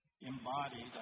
embodied